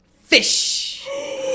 Fish